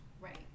Right